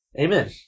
Amen